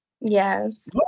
Yes